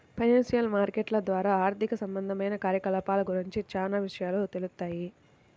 financial మార్కెట్ల ద్వారా ఆర్థిక సంబంధమైన కార్యకలాపాల గురించి చానా విషయాలు తెలుత్తాయి